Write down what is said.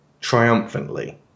triumphantly